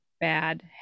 bad